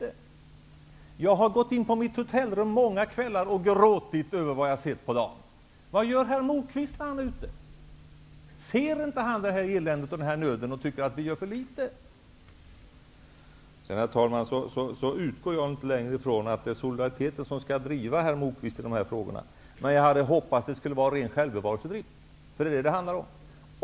Många kvällar har jag gått in på mitt hotellrum och gråtit över vad jag sett på dagen. Vad gör herr Moquist när han är ute och reser? Ser han inte eländet och nöden och tycker att vi gör för litet? Herr talman! Jag utgår inte längre från att det är solidariteten som skall driva herr Moquist i de här frågorna. Men jag hade hoppats att det skulle vara fråga om ren självbevarelsedrift -- för det är ju vad det handlar om.